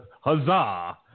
Huzzah